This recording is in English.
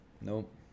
Nope